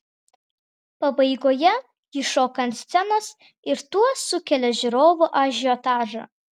pabaigoje ji šoka ant scenos ir tuo sukelia žiūrovų ažiotažą